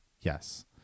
yes